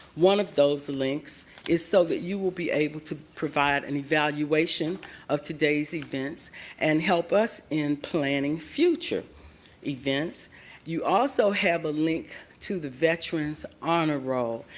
one of those links is so that you will be able to provide an evaluation of today's events and help us in planning future events you also have a link to the veterans honor roll.